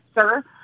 sir